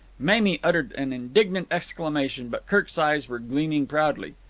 mamie uttered an indignant exclamation, but kirk's eyes were gleaming proudly.